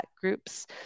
groups